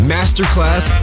Masterclass